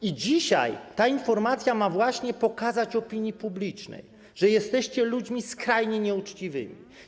I dzisiaj ta informacja ma właśnie pokazać opinii publicznej, że jesteście ludźmi skrajnie nieuczciwymi.